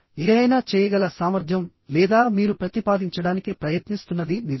ఏదైనా చేయగల సామర్థ్యం లేదా మీరు ప్రతిపాదించడానికి ప్రయత్నిస్తున్నది నిజం